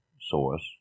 source